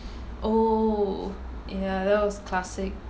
oh ya that was classic